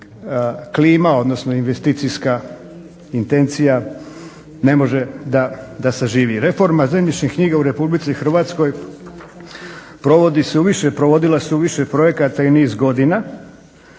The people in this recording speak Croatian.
klima, odnosno investicijska intencija ne može da saživi. Reforma zemljišnih knjiga u RH provodila se u više projekata i niz godina.